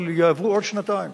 אבל יעברו עוד שנתיים